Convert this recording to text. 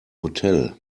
hotel